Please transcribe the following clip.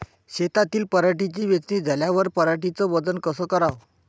शेतातील पराटीची वेचनी झाल्यावर पराटीचं वजन कस कराव?